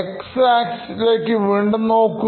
X axis ലേക്ക് വീണ്ടും നോക്കുക